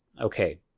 okay